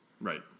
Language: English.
Right